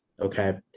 okay